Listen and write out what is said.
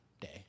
day